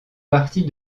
partie